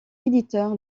éditeur